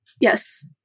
Yes